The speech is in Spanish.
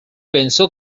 pensó